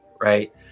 right